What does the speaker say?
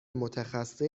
متخصص